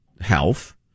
health